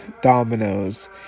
dominoes